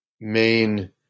main